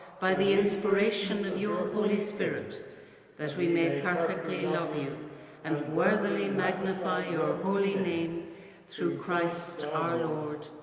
by the inspiration of your holy spirit that we made perfectly love you and worthily magnify your holy name through christ our lord.